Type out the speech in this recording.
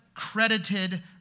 credited